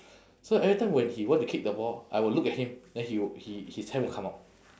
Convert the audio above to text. so every time when he want to kick the ball I will look at him then he will he his hand will come out